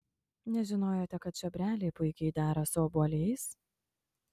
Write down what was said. nežinojote kad čiobreliai puikiai dera su obuoliais